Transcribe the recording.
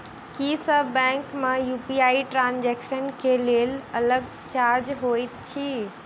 की सब बैंक मे UPI transaction केँ लेल अलग चार्ज होइत अछि?